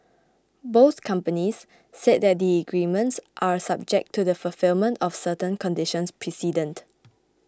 both companies said that the agreements are subject to the fulfilment of certain conditions precedent